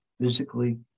physically